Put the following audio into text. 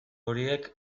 horiek